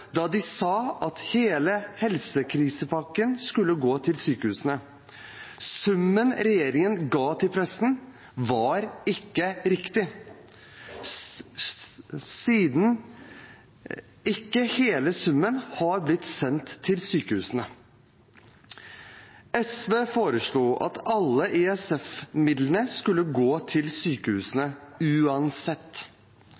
da de sa at hele helsekrisepakken skulle gå til sykehusene. Summen regjeringen ga til pressen, var ikke riktig, siden ikke hele summen har blitt sendt til sykehusene. SV foreslo at alle ISF-midlene skulle gå til sykehusene,